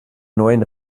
neuen